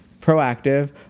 proactive